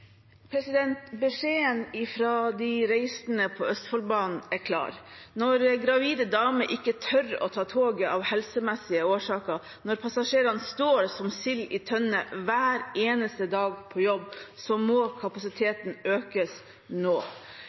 Beskjeden fra de reisende på Østfoldbanen er klar. Når gravide damer ikke tør å ta toget av helsemessige årsaker, når passasjerene står som sild i tønne hver eneste dag på vei til jobb, må kapasiteten økes nå.